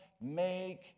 make